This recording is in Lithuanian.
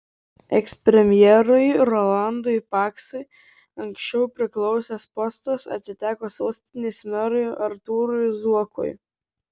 ekspremjerui rolandui paksui anksčiau priklausęs postas atiteko sostinės merui artūrui zuokui